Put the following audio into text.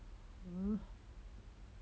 um